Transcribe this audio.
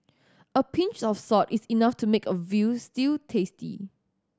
a pinch of salt is enough to make a veal stew tasty